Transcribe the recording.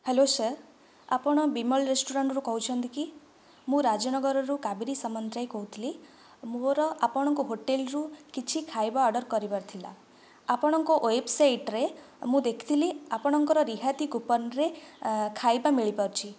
hello sir ଆପଣ ବିମଲ୍ ରେସ୍ତୋରାଁରୁ କହୁଛନ୍ତି କି ମୁଁ ରାଜନଗର ରୁ କାବେରୀ ସାମନ୍ତରାୟ କହୁଥିଲି ମୋର ଆପଣଙ୍କ ହୋଟେଲ ରୁ କିଛି ଖାଇବା ଅର୍ଡ଼ର କରିବାର ଥିଲା ଆପଣଙ୍କ ୱେବସାଇଟରେ ମୁଁ ଦେଖିଥିଲି ଆପଣଙ୍କ ରିହାତି କୁପନରେ ଖାଇବା ମିଳିପାରୁଛି